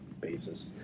basis